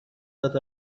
that